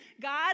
God